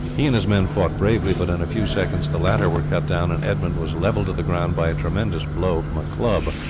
he and his men fought bravely, but in a few seconds the latter were cut down and edmund was levelled to the ground by a tremendous blow from a club.